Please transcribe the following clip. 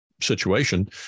situation